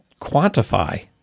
quantify